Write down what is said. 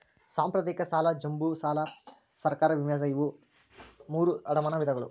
ಸಾಂಪ್ರದಾಯಿಕ ಸಾಲ ಜಂಬೂ ಸಾಲಾ ಸರ್ಕಾರದ ವಿಮೆ ಸಾಲಾ ಇವು ಮೂರೂ ಅಡಮಾನದ ವಿಧಗಳು